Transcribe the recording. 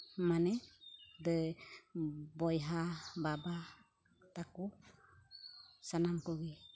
ᱢᱟᱱᱮ ᱫᱟᱹᱭ ᱵᱚᱭᱦᱟ ᱵᱟᱵᱟ ᱛᱟᱠᱚ ᱥᱟᱱᱟᱢ ᱠᱚᱜᱮ